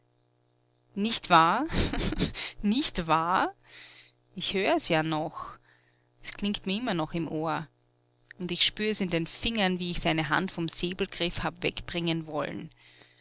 nicht wahr haha nicht wahr ich hör's ja noch es klingt mir noch immer im ohr und ich spür's in den fingern wie ich seine hand vom säbelgriff hab wegbringen wollen